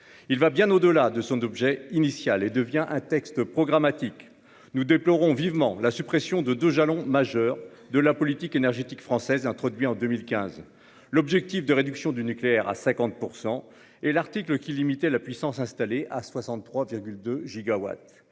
Il va bien au-delà de son objet initial et devient un texte programmatique. Nous déplorons vivement la suppression de 2 jalon majeur de la politique énergétique française. Introduit en 2015, l'objectif de réduction du nucléaire à 50% et l'article qui limitait la puissance installée à 63 2 gigawatts